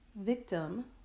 Victim